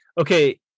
okay